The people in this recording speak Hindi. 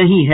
नहीं है